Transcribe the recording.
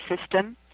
system